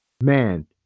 Man